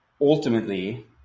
ultimately